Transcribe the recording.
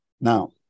Now